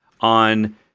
on